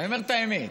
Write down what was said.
אני אומר את האמת,